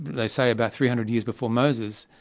they say, about three hundred years before moses,